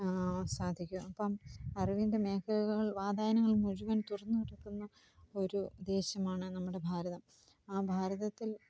സാധിക്കു അപ്പം അറിവിന്റെ മേഖലകൾ വാതായനങ്ങൾ മുഴുവൻ തുറന്നുകൊടുക്കുന്ന ഒരു ദേശമാണ് നമ്മുടെ ഭാരതം ആ ഭാരതത്തിൽ